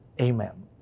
amen